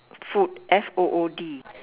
food F O O D